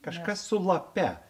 kažkas su lape